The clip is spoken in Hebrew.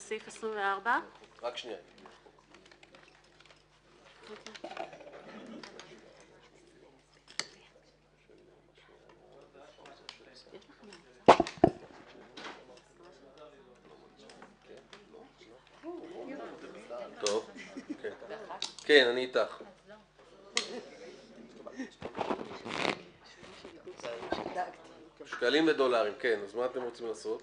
זה תקנה 24. אז מה אתם רוצים לעשות?